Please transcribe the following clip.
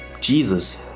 Jesus